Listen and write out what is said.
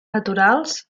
naturals